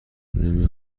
نمی